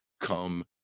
come